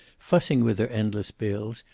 fussing with her endless bills,